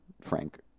Frank